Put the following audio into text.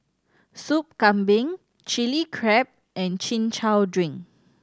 Soup Kambing Chili Crab and Chin Chow drink